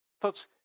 Folks